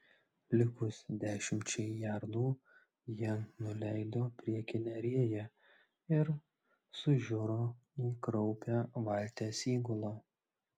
likus dešimčiai jardų jie nuleido priekinę rėją ir sužiuro į kraupią valties įgulą